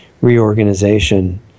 reorganization